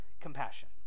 compassion